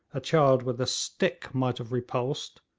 a child with a stick might have repulsed,